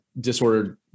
disordered